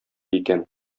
икән